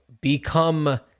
become